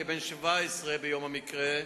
כבן 17 ביום המקרה,